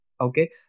Okay